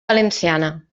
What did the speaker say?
valenciana